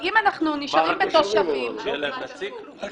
כי אם אנחנו נשארים בתושבים --- אם